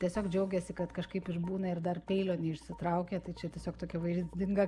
tiesiog džiaugėsi kad kažkaip išbūna ir dar peilio neišsitraukė tai čia tiesiog tokia vaizdinga